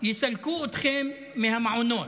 יסלקו אתכם מהמעונות.